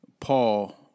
Paul